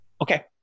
okay